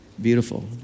beautiful